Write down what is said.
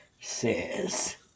says